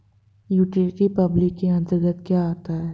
Utility public के अंतर्गत क्या आता है?